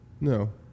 No